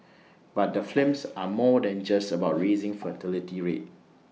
but the films are more than just about raising fertility rate